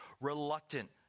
reluctant